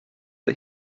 the